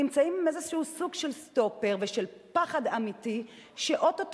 נמצאים עם איזה סוג של סטופר ושל פחד אמיתי שאו-טו-טו,